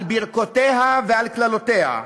על ברכותיה ועל קללותיה,